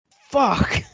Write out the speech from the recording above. Fuck